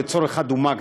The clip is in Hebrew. לצורך הדוגמה,